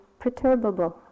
perturbable